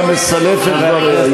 תהיה זהיר אתה, אתה מסלף את דברי.